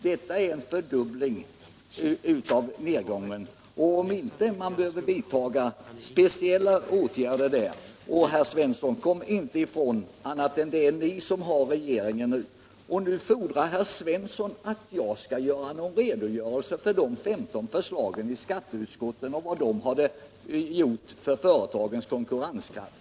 Det innebär en fördubbling av nedgången, och det kommer följaktligen att bli nödvändigt med speciella åtgärder. Sedan vill jag säga till herr Svensson i Skara: Glöm inte bort att det Nr 138 är ni som har regeringsmakten nu! Det verkar som om herr Svensson Onsdagen den hade gjort det när han fordrar att jag här skall lämna en redogörelse 25 maj 1977 för de 15 förslagen i skatteutskottet och vilken effekt dessa har fått på i företagens konkurrenskraft.